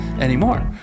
anymore